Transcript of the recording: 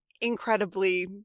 incredibly